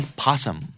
possum